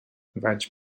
vaig